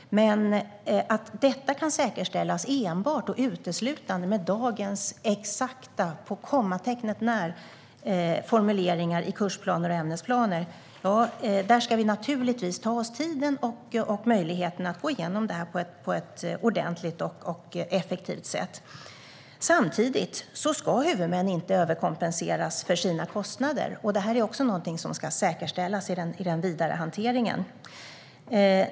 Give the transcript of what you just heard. När det gäller att detta kan säkerställas enbart och uteslutande med dagens exakta - på kommatecknet när - formuleringar i kursplaner och ämnesplaner ska vi ta tiden och möjligheten att gå igenom det på ett ordentligt och effektivt sätt. Samtidigt ska huvudmän inte överkompenseras för sina kostnader. Det är också någonting som ska säkerställas i den vidare hanteringen.